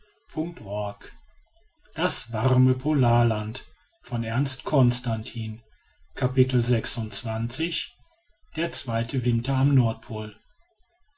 noch am nordpol